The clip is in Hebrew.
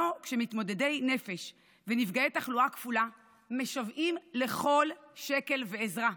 לא כשמתמודדי נפש ונפגעי תחלואה כפולה משוועים לכל שקל ועזרה,